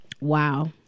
Wow